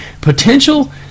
potential